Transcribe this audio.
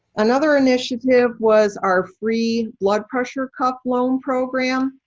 another initiative was our free blood pressure cuff loan program.